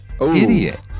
idiot